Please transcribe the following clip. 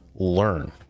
Learn